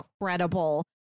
incredible